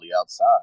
outside